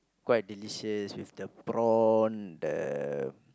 quite delicious with the prawn the